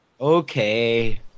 Okay